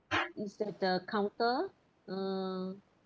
it's at the counter uh